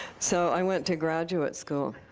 so i went to graduate school.